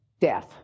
death